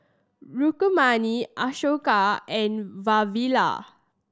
Rukmini Ashoka and Vavilala